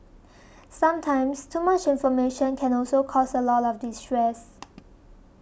sometimes too much information can also cause a lot of distress